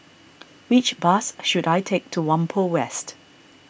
which bus should I take to Whampoa West